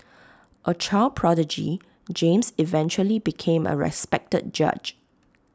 A child prodigy James eventually became A respected judge